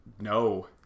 No